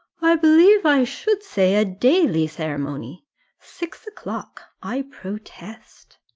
i believe i should say a daily ceremony six o'clock, i protest!